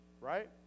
Right